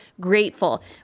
grateful